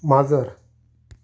माजर